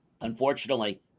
Unfortunately